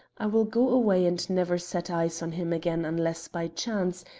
i will go away and never set eyes on him again unless by chance,